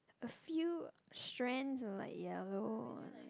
a few strands of like yellow